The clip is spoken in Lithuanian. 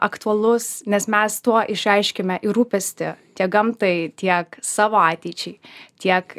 aktualus nes mes tuo išreiškiame ir rūpestį tiek gamtai tiek savo ateičiai tiek